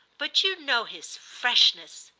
but you know his freshness.